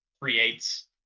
creates